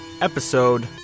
episode